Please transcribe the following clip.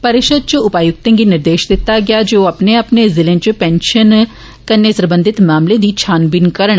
परिशद इच उपायुक्तें गी निर्देष दित्ता गेआ ऐ जे ओ अपने अपने जिले इच पेंषन कन्नै सरबंधित मामलें दी छानबीन करन